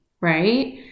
Right